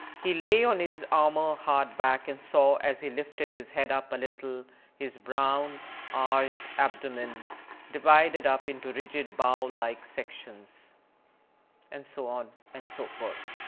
he lay on is armour-hard back and so as he lifted his head up little his brown arched abdomen divided up into rigid bowl like sections and so on and so forth.